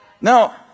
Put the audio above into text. Now